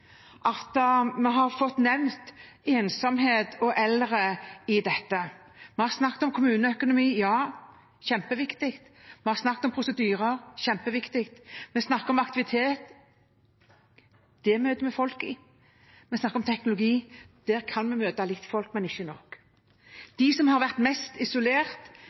har ikke hørt noen nevne ensomhet og eldre. Vi snakker om kommuneøkonomi. Ja, det er kjempeviktig. Vi snakker om prosedyrer – kjempeviktig. Vi snakker om aktivitet. Der kan vi møte folk. Vi snakker om teknologi. Der kan vi møte folk, men ikke nok. De som har vært mest isolert,